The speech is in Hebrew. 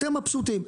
אתם מבסוטים.